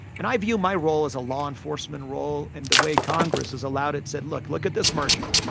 and i view my role as a law enforcement role in the way congress has allowed it said, look look at this merger.